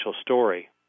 story